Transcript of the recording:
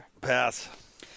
pass